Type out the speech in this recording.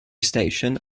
station